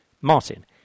Martin